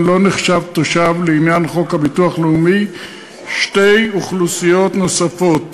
לא נחשב תושב לעניין חוק הביטוח הלאומי שתי אוכלוסיות נוספות: